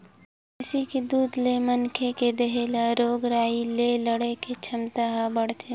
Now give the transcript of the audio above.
भइसी के दूद ले मनखे के देहे ल रोग राई ले लड़े के छमता ह बाड़थे